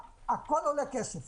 הכול עולה כסף,